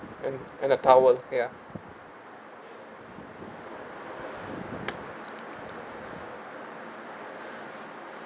and and a towel ya